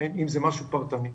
זה משהו פרטני.